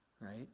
right